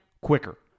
quicker